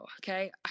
okay